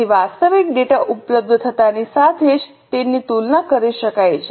તેથી વાસ્તવિક ડેટા ઉપલબ્ધ થતાંની સાથે તેની તુલના કરી શકાય છે